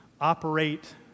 operate